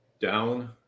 down